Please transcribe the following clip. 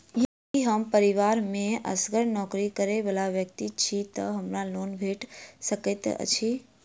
यदि हम परिवार मे असगर नौकरी करै वला व्यक्ति छी तऽ हमरा लोन भेट सकैत अछि?